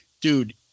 Dude